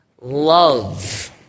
love